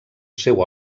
seu